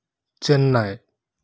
Chennai